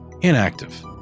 Inactive